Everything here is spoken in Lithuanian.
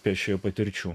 pėsčiojo patirčių